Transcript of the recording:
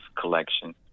collection